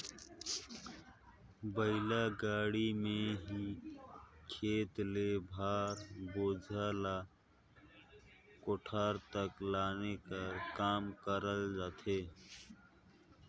बइला गाड़ी मे ही खेत ले भार, बोझा ल कोठार तक लाने कर काम करल जाथे